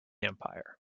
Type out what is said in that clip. empire